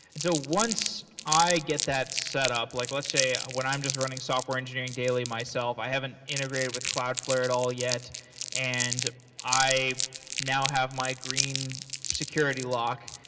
and so once i get that set up, like let's say when i'm just running software engineering daily myself, i haven't integrated with cloudflare at all yet and i now have my green security lock,